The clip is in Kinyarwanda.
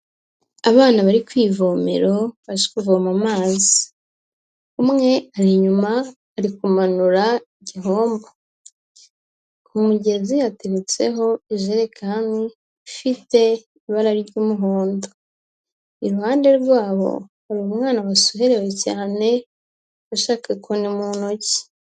Abana bari kwivomero baje kuvoma amazi, umwe ari inyuma ari kumanura igihombo, ku mugezi yatetsereho ijerekani ifite ibara ry'umuhondo, iruhande rwabo hari umwana wasuherewe cyane ufashe agakoni mu ntoki.